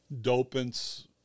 dopants